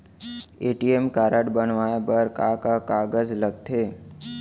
ATM card बनवाये बर का का कागज लगथे?